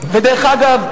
ודרך אגב,